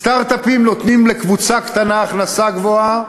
סטרט-אפים נותנים לקבוצה קטנה הכנסה גבוהה.